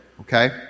okay